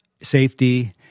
safety